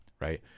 Right